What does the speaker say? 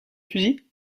fusils